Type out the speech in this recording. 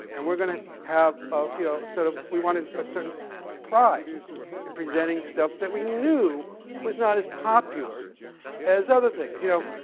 and we're going to have, ah you know, a sort of we wanted a certain pride in presenting stuff that we knew was not as popular as other things. you know,